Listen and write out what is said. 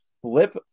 Flip